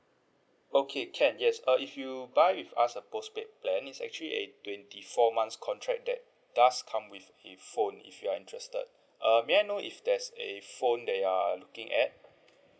okay can yes uh if you buy with us a postpaid plan is actually a twenty four months contract that does come with the phone if you are interested uh may I know if there's a phone that you are looking at